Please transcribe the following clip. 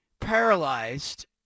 paralyzed